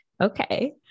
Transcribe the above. Okay